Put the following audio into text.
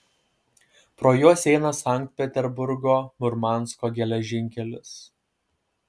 pro juos eina sankt peterburgo murmansko geležinkelis